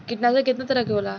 कीटनाशक केतना तरह के होला?